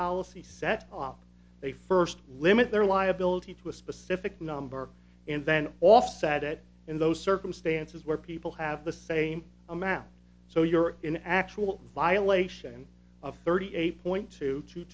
policy set up they first limit their liability to a specific number and then offset it in those circumstances where people have the same amount so you're in actual violation of thirty eight point two two